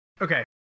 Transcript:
Okay